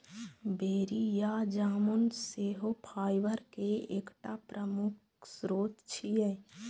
बेरी या जामुन सेहो फाइबर के एकटा प्रमुख स्रोत छियै